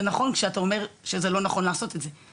נכון כשאת אומרת שזה לא נכון לעשות את זה,